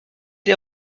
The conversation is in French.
les